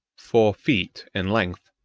four feet in length,